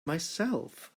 myself